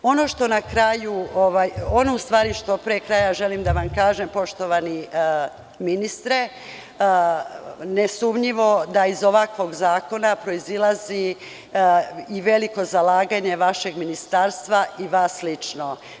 Ono što pre kraja želim da vam kažem, poštovani ministre, nesumnjivo da iz ovakvog zakona proizilazi i veliko zalaganje vašeg ministarstva i vas lično.